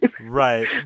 Right